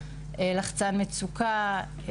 לחצן מצוקה,